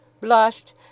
blushed